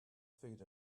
food